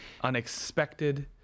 unexpected